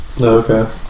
Okay